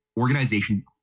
organization